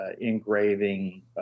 engraving